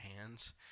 hands